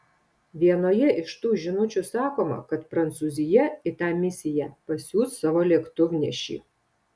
vienoje iš tų žinučių sakoma kad prancūzija į tą misiją pasiųs savo lėktuvnešį